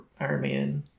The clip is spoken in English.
Ironman